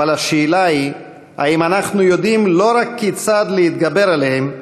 אבל השאלה היא האם אנחנו יודעים לא רק כיצד להתגבר עליהם,